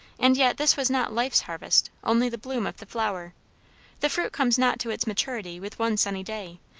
and yet this was not life's harvest, only the bloom of the flower the fruit comes not to its maturity with one sunny day,